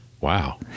Wow